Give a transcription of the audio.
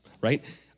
right